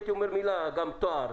הייתי אומר גם תואר,